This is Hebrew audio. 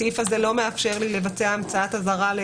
הסעיף הזה לא מאפשר לי לבצע המצאת אזהרה.